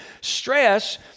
Stress